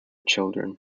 children